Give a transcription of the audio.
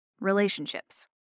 Relationships